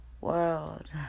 world